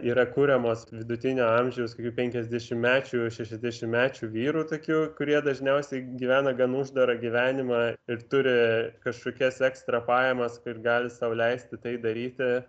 yra kuriamos vidutinio amžiaus kokių penkiasdešimtmečių šešiasdešimtmečių vyrų tokių kurie dažniausiai gyvena gan uždarą gyvenimą ir turi kažkokias ekstra pajamas kur gali sau leisti tai daryti